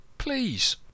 Please